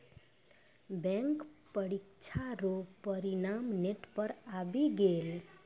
bank परीक्षा रो परिणाम नेट पर आवी गेलै